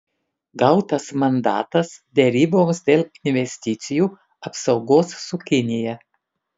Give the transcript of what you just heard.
gautas mandatas deryboms dėl investicijų apsaugos su kinija